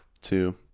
Two